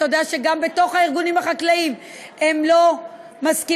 ואתה יודע שגם בתוך הארגונים החקלאיים הם לא מסכימים,